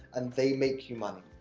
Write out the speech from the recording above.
and they make you money.